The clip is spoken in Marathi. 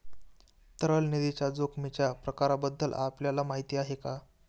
तरल निधीच्या जोखमीच्या प्रकारांबद्दल आपल्याला माहिती आहे का?